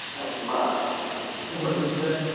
that was my answer and what did he say?